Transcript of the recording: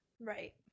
Right